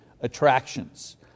attractions